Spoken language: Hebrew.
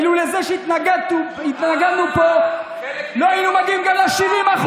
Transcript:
אילולא זה שהתנגדנו פה, לא היינו מגיעים גם ל-70%.